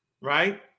right